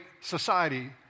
society